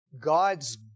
God's